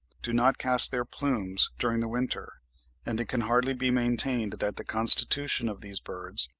do not cast their plumes during the winter and it can hardly be maintained that the constitution of these birds,